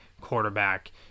quarterback